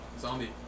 Zombie